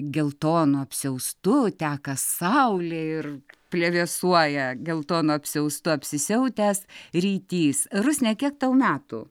geltonu apsiaustu teka saulė ir plevėsuoja geltonu apsiaustu apsisiautęs rytys rusne kiek tau metų